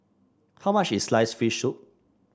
how much is sliced fish soup